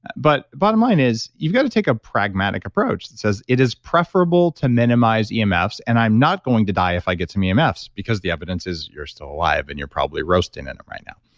but bottom line is you've got to take a pragmatic approach that says it is preferable to minimize um emfs and i'm not going to die if i get some yeah emfs because the evidence is you're still alive and you're probably roasting in it right now.